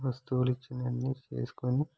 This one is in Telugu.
వస్తువుల ఇచ్చినవన్నీ చేసుకొని